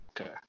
Okay